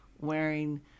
wearing